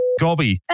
Gobby